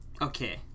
Okay